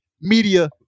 media